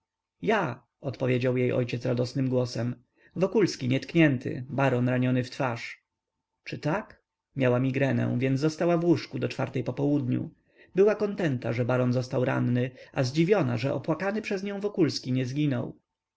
ja odpowiedział jej ojciec radosnym głosem wokulski nietknięty baron raniony w twarz czy tak miała migrenę więc została w łóżku do czwartej po południu była kontenta że baron został ranny a zdziwiona że opłakany przez nią wokulski nie zginął